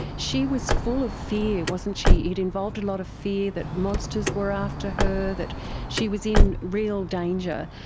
she was full of fear, wasn't she, it involved a lot of fear that monsters were after her, that she was in real danger.